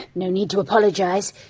no need to apologise.